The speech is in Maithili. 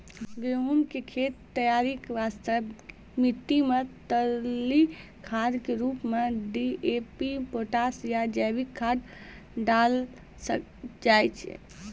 गहूम के खेत तैयारी वास्ते मिट्टी मे तरली खाद के रूप मे डी.ए.पी पोटास या जैविक खाद डालल जाय छै